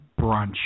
Brunch